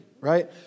right